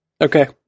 Okay